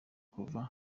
kuva